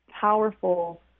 powerful